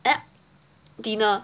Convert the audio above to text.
dinner